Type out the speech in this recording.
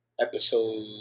episode